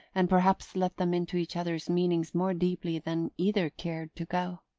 and perhaps let them into each other's meanings more deeply than either cared to go.